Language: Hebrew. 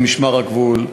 במשמר הגבול,